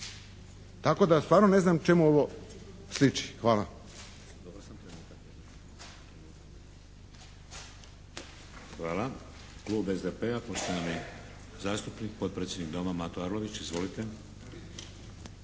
Tako da stvarno ne znam čemu ovo sliči. Hvala. **Šeks, Vladimir (HDZ)** Hvala. Klub SDP-a, poštovani zastupnik potpredsjednik Doma Mato Arlović. Izvolite.